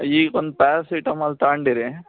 ಈಗ ಒಂದು ಪ್ಯಾರಸಿಟಮಾಲ್ ತಗಂಡಿರಿ